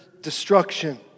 destruction